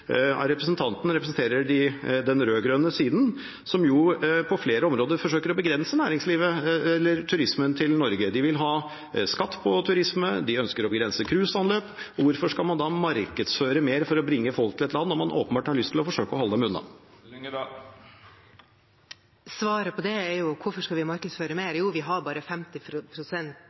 for representanten representerer den rød-grønne siden som på flere områder forsøker å begrenser turismen til Norge – de vil ha skatt på turisme, og de ønsker å begrense cruiseanløp: Hvorfor skal man da markedsføre mer for å bringe folk til et land når man åpenbart har lyst til å forsøke å holde dem unna? Svaret på hvorfor vi skal markedsføre mer er at vi bare har 50 pst. dekning på overnattingsstedene våre, så det er klart at vi